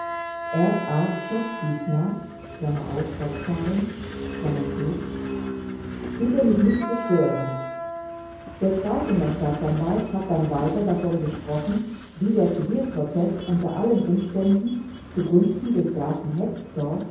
r a chodziesner fortfahrend bitte mich nicht zu stören der zweite herr staatsanwalt hat dann weiter davon gesprochen wie der zivilprozeß unter allen umständen zugunsten des grafen hektor